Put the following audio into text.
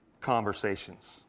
conversations